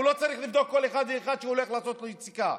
הוא לא צריך לבדוק כל אחד ואחד שהולך לעשות לו יציקה.